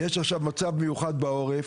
יש עכשיו מצב מיוחד בעורף,